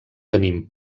tenim